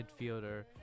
midfielder